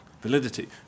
validity